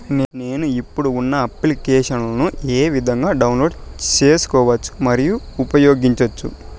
నేను, ఇప్పుడు ఉన్న అప్లికేషన్లు ఏ విధంగా డౌన్లోడ్ సేసుకోవచ్చు మరియు ఉపయోగించొచ్చు?